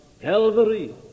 Calvary